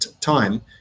time